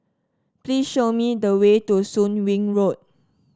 please show me the way to Soon Wing Road